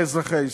לאזרחי ישראל.